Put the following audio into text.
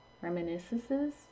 Reminiscences